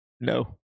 No